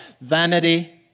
Vanity